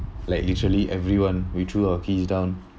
like literally everyone we threw our keys down